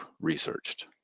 researched